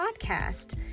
podcast